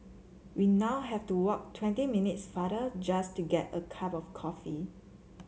we now have to walk twenty minutes farther just to get a cup of coffee